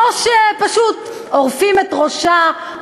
או פשוט עורפים את ראשה,